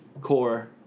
core